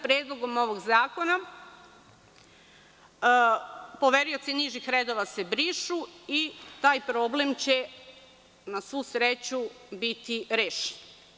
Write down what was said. Predlogom ovog zakona poverioci nižih redova se brišu i taj problem će na svu sreću biti rešen.